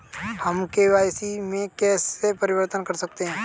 हम के.वाई.सी में कैसे परिवर्तन कर सकते हैं?